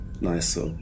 Nice